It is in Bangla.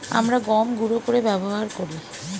আমরা গম গুঁড়ো করে ব্যবহার করি